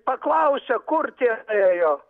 paklausė kur tie ėjo